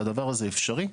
הדבר הזה אפשרי.